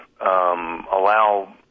allow